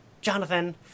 Jonathan